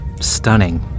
stunning